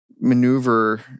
maneuver